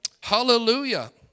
Hallelujah